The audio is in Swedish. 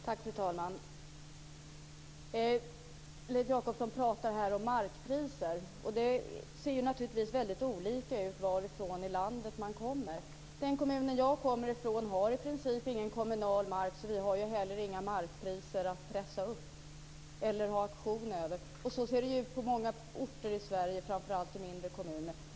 Fru talman! Leif Jakobsson pratar om markpriser, och det ser naturligtvis olika ut i olika delar av landet. Den kommun som jag kommer från har i princip ingen kommunal mark, och vi har därför inga markpriser att pressa upp. Så ser det ut på många orter i Sverige, framför allt i mindre kommuner.